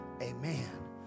Amen